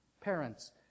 parents